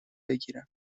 بکیرم